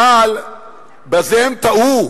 בזה הם טעו,